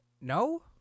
No